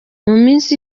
minsi